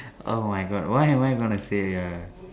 oh my God what am I going to say here